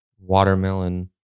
Watermelon